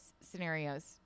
scenarios